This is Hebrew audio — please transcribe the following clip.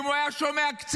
אם הוא היה שומע קצת,